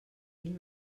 ell